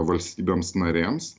valstybėms narėms